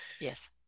yes